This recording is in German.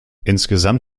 insgesamt